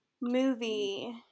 Movie